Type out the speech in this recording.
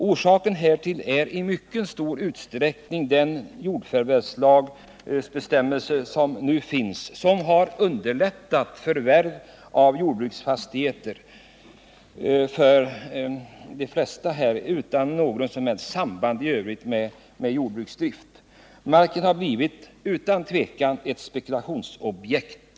Orsaken härtill är i mycket stor utsträckning den jordförvärvslag som nu gäller. Den har underlättat förvärv av jordbruksfastigheter för personer utan någon som helst anknytning till jordbruksdrift. Marken har utan tvivel blivit ett spekulationsobjekt.